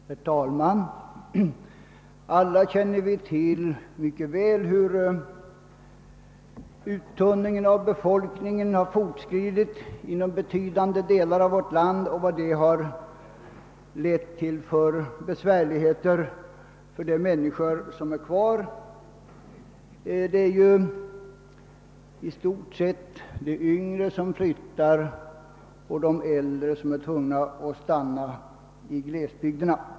Herr talman! Alla känner vi väl till hur befolkningsuttunningen har fortskridit inom betydande delar av vårt land och vilka besvärligheter detta har lett till för de människor som bor kvar där. I stort sett är det ju de yngre som flyttar; de äldre är tvungna att stanna kvar i glesbygderna.